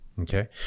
Okay